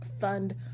fund